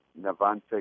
Navante